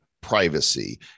privacy